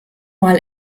mal